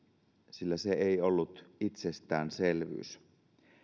sillä se ei ollut itsestäänselvyys